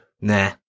Nah